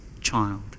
child